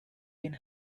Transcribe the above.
been